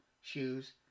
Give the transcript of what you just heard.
shoes